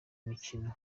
mikino